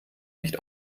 nicht